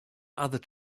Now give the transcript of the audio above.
other